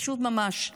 פשוט ממש.